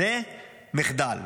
זה מחדל.